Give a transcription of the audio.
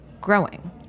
growing